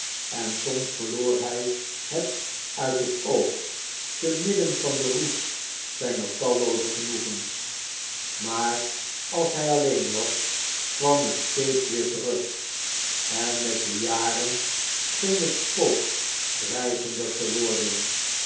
en soms verloor hij het uit het oog te midden van den roes zijner tallooze genoegens maar als hij alleen was kwam het steeds weer terug en met de jaren scheen het spook dreigender te worden